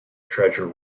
treasure